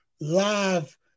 live